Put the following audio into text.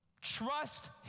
trust